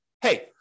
hey